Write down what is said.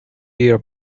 your